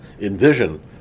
envision